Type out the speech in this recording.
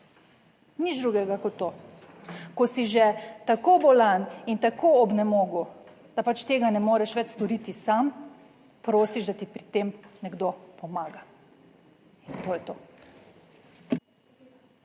nič drugega kot to, ko si že tako bolan in tako obnemogel, da pač tega ne moreš več storiti sam, prosiš, da ti pri tem nekdo pomaga in to je to.